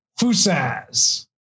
Fusaz